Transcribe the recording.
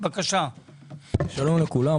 שלום לכולם.